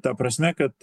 ta prasme kad